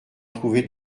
trouver